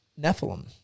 Nephilim